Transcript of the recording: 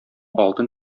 алтын